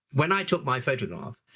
when i took my photograph,